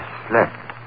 slept